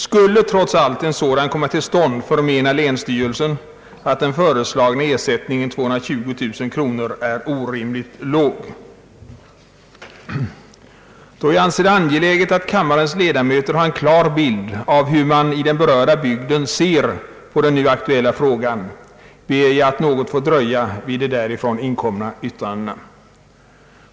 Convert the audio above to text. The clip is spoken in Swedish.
Skulle trots allt en sådan komma till stånd, förmenar länsstyrelsen att den föreslagna ersättningen 220000 kronor är orimligt låg. Då jag anser det angeläget att kammarens ledamöter har en klar bild av hur man i den berörda bygden ser på den nu aktuella frågan ber jag att något få dröja vid de därifrån inkomna yttrandena.